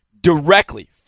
directly